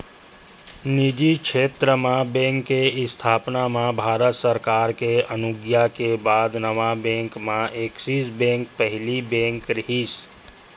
निजी छेत्र म बेंक के इस्थापना म भारत सरकार के अनुग्या के बाद नवा बेंक म ऐक्सिस बेंक पहिली बेंक रिहिस